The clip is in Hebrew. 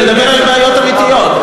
ולדבר על בעיות אמיתיות.